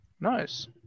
Nice